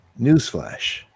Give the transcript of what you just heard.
Newsflash